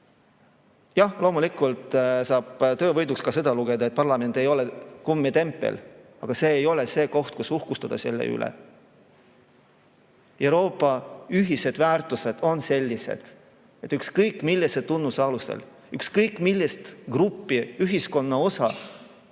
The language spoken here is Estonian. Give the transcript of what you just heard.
Jah, loomulikult saab töövõiduks ka seda lugeda, et parlament ei ole kummitempel, aga see ei ole koht, kus selle üle uhkustada. Euroopa ühised väärtused on sellised, et ükskõik millise tunnuse alusel ei tohi me ükskõik millist gruppi, ühiskonna osa